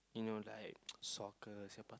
you know like soccer